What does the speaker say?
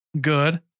good